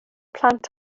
plant